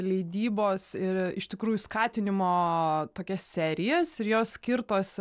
leidybos ir iš tikrųjų skatinimo tokias serijas ir jos skirtos